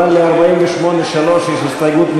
אבל ל-48(3) יש הסתייגות,